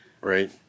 Right